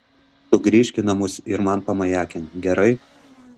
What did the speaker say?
tu grįžk į namus ir man pamajakink gerai